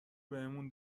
بهمون